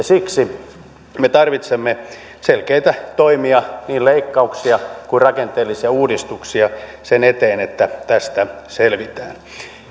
siksi me tarvitsemme selkeitä toimia niin leikkauksia kuin rakenteellisia uudistuksia sen eteen että tästä selvitään